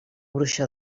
bruixa